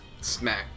Smack